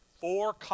four